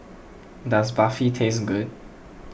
does Barfi taste good